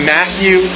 Matthew